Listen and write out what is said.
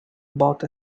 bought